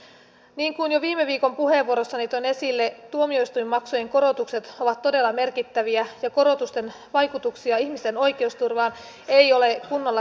niin kuin jo viime viikon puheenvuorossani toin esille tuomioistuinmaksujen korotukset ovat todella merkittäviä ja korotusten vaikutuksia ihmisten oikeusturvaan ei ole kunnolla selvitetty